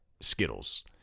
Skittles